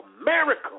America